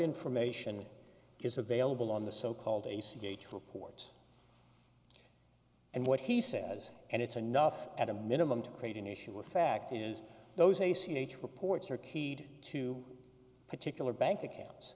information is available on the so called a c h reports and what he says and it's enough at a minimum to create an issue of fact is those a c h reports are keyed to particular bank accounts